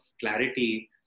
clarity